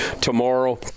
tomorrow